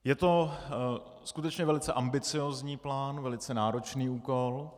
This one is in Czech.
Je to skutečně velice ambiciozní plán, velice náročný úkol.